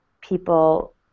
people